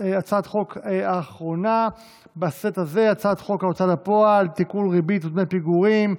הצעת חוק ההוצאה לפועל (תיקון מס' 71) (ריבית ודמי פיגורים),